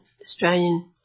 Australian